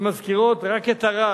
שמזכירות רק את הרע